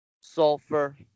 sulfur